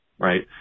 Right